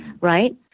right